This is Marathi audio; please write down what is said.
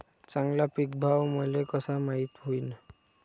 चांगला पीक भाव मले कसा माइत होईन?